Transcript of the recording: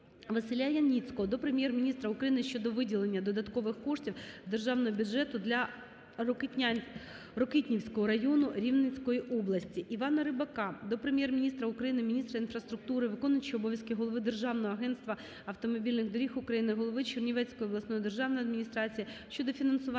Василя Яніцького до Прем'єр-міністра України щодо виділення додаткових коштів з державного бюджету для Рокитнівського району Рівненської області. Івана Рибака до Прем'єр-міністра України, міністра інфраструктури України, виконуючого обов'язки голови Державного агентства автомобільних доріг України, голови Чернівецької обласної державної адміністрації щодо фінансування